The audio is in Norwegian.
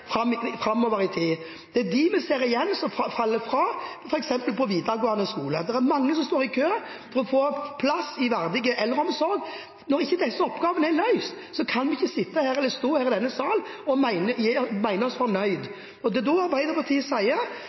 framover i tid. Det er disse vi ser igjen som faller ut av videregående skole. Det er mange som står i kø for å få plass i verdig eldreomsorg. Når disse oppgavene ikke er løst, kan vi ikke sitte – eller stå – her i denne sal og si oss fornøyd. Det er da Arbeiderpartiet sier: